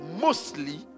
mostly